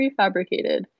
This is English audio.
prefabricated